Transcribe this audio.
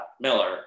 Miller